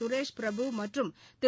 சுரேஷ் பிரபு மற்றும் திரு